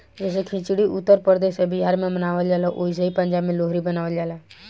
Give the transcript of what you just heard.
जैसे खिचड़ी उत्तर प्रदेश अउर बिहार मे मनावल जाला ओसही पंजाब मे लोहरी मनावल जाला